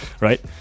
right